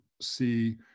see